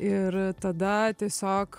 ir tada tiesiog